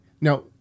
now